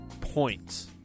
points